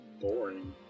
boring